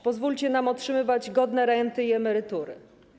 Pozwólcie nam otrzymywać godne renty i emerytury.